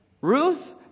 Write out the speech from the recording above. Ruth